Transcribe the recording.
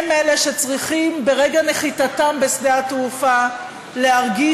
הם אלה שצריכים ברגע נחיתתם בשדה-התעופה להרגיש